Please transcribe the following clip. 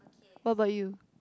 what about you